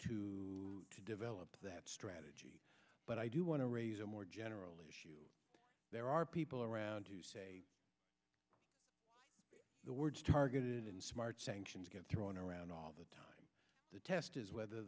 bilaterally to develop that strategy but i do want to raise a more general issue there are people around who say the words targeted and smart sanctions get thrown around all the time the test is whether